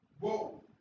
Whoa